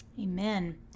Amen